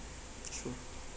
sure